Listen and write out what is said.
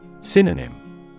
Synonym